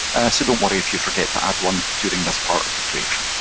so don't worry if you forget to add one during this part of the creation.